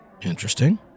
Interesting